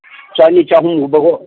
ꯆꯅꯤ ꯆꯍꯨꯝꯒꯨꯝꯕꯀꯣ